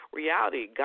reality